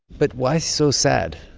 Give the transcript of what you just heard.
but why so sad?